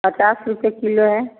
पचास रुपये किलो है